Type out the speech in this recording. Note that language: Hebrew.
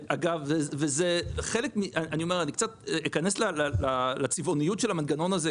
אני אכנס קצת לצבעוניות של המנגנון הזה,